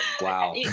wow